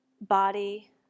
body